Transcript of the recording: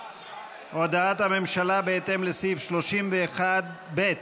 הודעת הממשלה: בהתאם לסעיף 31(ב)